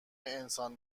انسان